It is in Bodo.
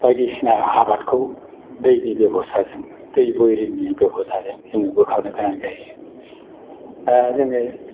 बायदिसिना आबादखौ दैनि बेबस्ताजों दै बयरिंनि बेबस्ताजों जोङो बोखावनो गोनां जायो दा जोङो